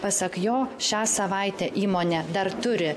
pasak jo šią savaitę įmonė dar turi